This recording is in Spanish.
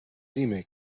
dime